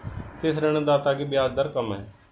किस ऋणदाता की ब्याज दर कम है?